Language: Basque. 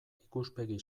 ikuspegi